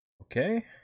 Okay